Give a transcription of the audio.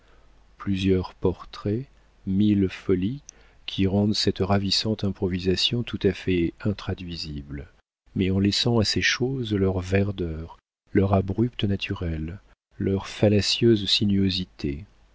plusieurs portraits mille folies qui rendent cette ravissante improvisation tout à fait intraduisible mais en laissant à ces choses leur verdeur leur abrupt naturel leurs fallacieuses sinuosités